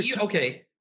Okay